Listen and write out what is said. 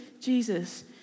Jesus